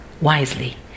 wisely